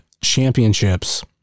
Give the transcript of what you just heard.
championships